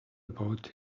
about